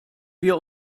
wir